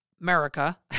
America